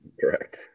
Correct